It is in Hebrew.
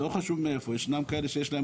לא חשוב מאיפה, ישנם כאלה שיש להם